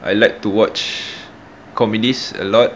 I like to watch comedies a lot